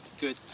good